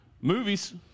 Movies